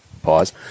pause